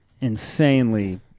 insanely